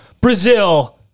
Brazil